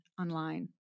online